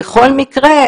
בכל מקרה,